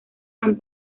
han